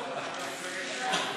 בוא.